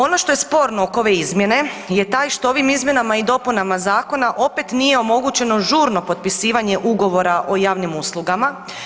Ono što je sporno oko ove izmjene je taj što ovim izmjenama i dopunama zakona opet nije omogućeno žurno potpisivanje ugovora o javnim uslugama.